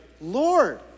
Lord